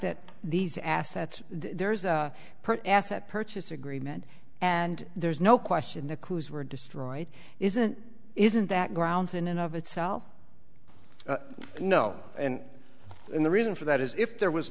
that these assets there's a asset purchase agreement and there's no question the clues were destroyed isn't isn't that grounds in and of itself no and the reason for that is if there was